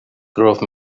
grove